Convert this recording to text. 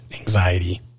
anxiety